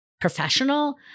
professional